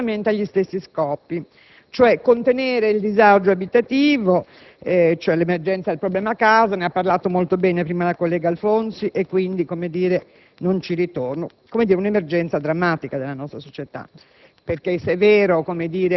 ma si ispira assolutamente agli stessi scopi, cioè contenere il disagio abitativo, l'emergenza del problema casa (ne ha parlato molto bene prima la collega senatrice Alfonzi, quindi non ci torno su), un'emergenza drammatica nella nostra società.